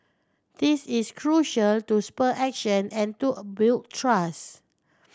this is crucial to spur action and to a build trust